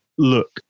look